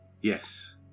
Yes